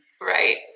Right